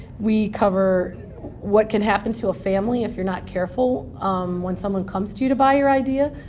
we cover what can happen to a family if you're not careful when someone comes to you to buy your idea.